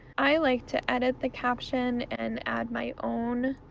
i like to edit the caption and add my own.